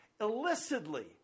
illicitly